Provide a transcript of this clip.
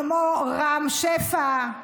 כמו רם שפע,